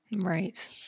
Right